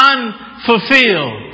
Unfulfilled